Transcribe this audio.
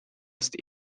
ist